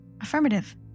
Affirmative